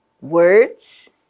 words